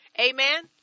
Amen